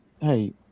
hey